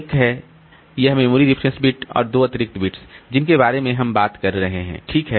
एक है यह मेमोरी रेफरेंस बिट और ये दो अतिरिक्त बिट्स हैं जिनके बारे में हम बात कर रहे हैं ठीक है